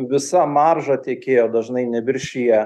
visa marža tiekėjo dažnai neviršija